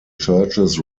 churches